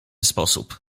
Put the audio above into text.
sposób